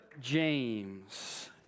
James